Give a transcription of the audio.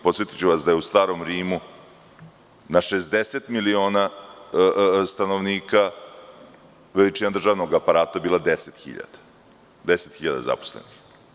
Podsetiću vas da je u starom Rimu na 60 miliona stanovnika veličina državnog aparata bila 10.000 zaposlenih.